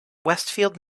westfield